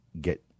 get